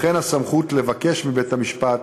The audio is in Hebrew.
וכן הסמכות לבקש מבית-משפט